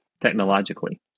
technologically